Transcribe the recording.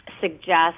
suggest